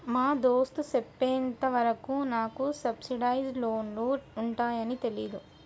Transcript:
మా దోస్త్ సెప్పెంత వరకు నాకు సబ్సిడైజ్ లోన్లు ఉంటాయాన్ని తెలీదు